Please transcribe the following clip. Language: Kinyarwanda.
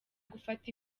gufata